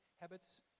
habits